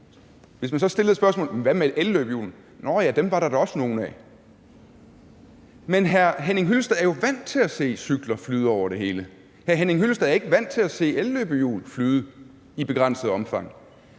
så blive stillet spørgsmålet: Hvad med elløbehjul? Så ville man svare: Nåh ja, dem var der da også nogle af. Men hr. Henning Hyllested er jo vant til at se cykler flyde over det hele. Hr. Henning Hyllested er ikke vant til at se elløbehjul flyde i begrænset omfang.